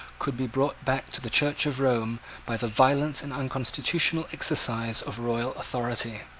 could be brought back to the church of rome by the violent and unconstitutional exercise of royal authority.